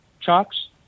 Chalks